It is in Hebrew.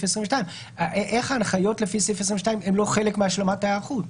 22. איך ההנחיות לפי סעיף 22 הן לא חלק מהשלמת ההיערכות?